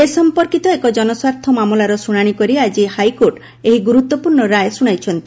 ଏ ସମ୍ପର୍କିତ ଏକ ଜନସ୍ୱାର୍ଥ ମାମଲାର ଶୁଶାଶି କରି ଆକି ହାଇକୋର୍ଟ ଏହି ଗୁରୁତ୍ୱପୂର୍ଷ୍ ରାୟ ଶୁଶାଇଛନ୍ତି